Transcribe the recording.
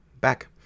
back